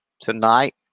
tonight